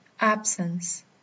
Absence